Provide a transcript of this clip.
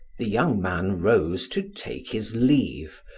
the young man rose to take his leave,